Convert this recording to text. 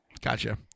Gotcha